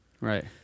Right